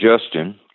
Justin